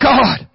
God